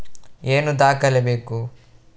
ಏನು ದಾಖಲೆ ಬೇಕು?